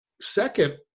Second